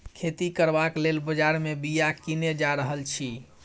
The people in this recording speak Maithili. खेती करबाक लेल बजार मे बीया कीने जा रहल छी